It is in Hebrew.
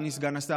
אדוני סגן השר,